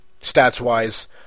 Stats-wise